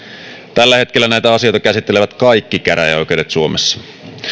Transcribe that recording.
tällä hetkellä näitä asioita käsittelevät kaikki käräjäoikeudet suomessa